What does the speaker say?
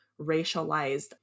racialized